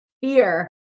fear